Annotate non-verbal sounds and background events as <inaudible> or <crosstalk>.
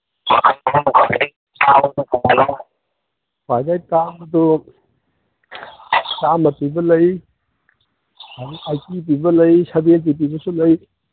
<unintelligible> ꯈ꯭ꯋꯥꯏꯗꯩ ꯇꯥꯡꯕꯗꯨ ꯆꯥꯝꯃ ꯄꯤꯕ ꯂꯩ ꯑꯥꯏꯇꯤ ꯄꯤꯕ ꯂꯩ ꯁꯚꯦꯟꯇꯤ ꯄꯤꯕꯁꯨ ꯂꯩ